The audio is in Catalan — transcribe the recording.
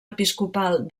episcopal